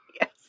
Yes